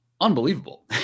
unbelievable